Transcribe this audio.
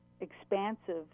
expansive